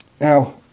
now